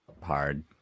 hard